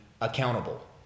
accountable